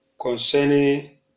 concerning